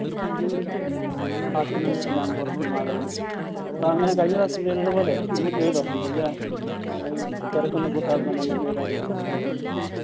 ക്ലാസ്സിനും എല്ലാം പുറത്തു നിന്നാൾ വരും അപ്പം അങ്ങനെ കഴിഞ്ഞ പ്രാവശ്യം ചെയ്തതുപോലെ അങ്ങു ചെയ്തോളൂ വലിയ തിരക്കൊന്നും കൂടാതെ തന്നങ്ങു ചെയ്താൽ മതി കേട്ടോ